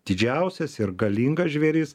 didžiausias ir galingas žvėris